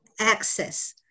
access